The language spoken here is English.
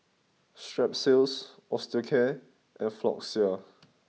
Strepsils Osteocare and Floxia